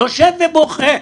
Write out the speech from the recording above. יושב ובוכה,